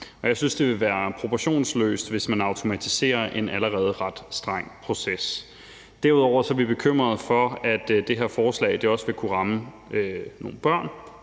Jeg synes, at det ville være proportionsløst, hvis man automatiserer en allerede ret streng proces. Derudover er vi bekymret for, at det her forslag også vil kunne ramme nogle børn